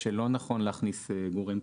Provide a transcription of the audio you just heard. כלומר, גם כאן, כשמדובר שוב על תאגיד פרטי